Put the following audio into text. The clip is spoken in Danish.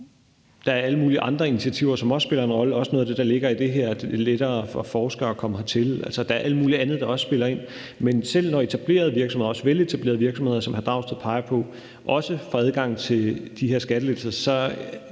der er alle mulige andre initiativer, som også spiller en rolle – også noget af det, der ligger i det her med at gøre det lettere for forskere at komme hertil. Der er alt muligt andet, der også spiller ind. Men når etablerede virksomheder, også veletablerede virksomheder, som hr. Pelle Dragsted peger på, får adgang til de her skattelettelser, kan